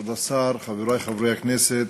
כבוד השר, חברי חברי הכנסת,